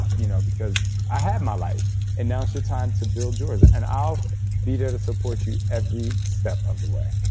you know i have my life. and now it's your time to build yours. and i'll be there to support you every step of the way